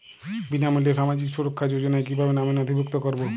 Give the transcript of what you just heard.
বিনামূল্যে সামাজিক সুরক্ষা যোজনায় কিভাবে নামে নথিভুক্ত করবো?